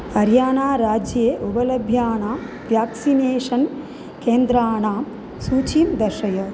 हरियाणा राज्ये उपलभ्यानानां व्याक्सिनेषन् केन्द्राणां सूचीं दर्शय